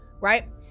right